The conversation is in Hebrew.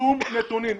שום נתונים.